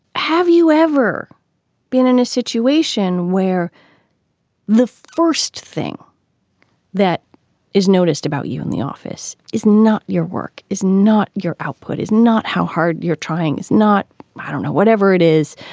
have you ever been in a situation where the first thing that is noticed about you in the office is not your work, is not your output, is not how hard you're trying? not i don't know, whatever it is.